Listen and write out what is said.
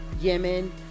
Yemen